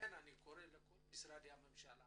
ולכן אני קורא לכל משרדי הממשלה